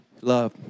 love